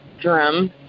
drum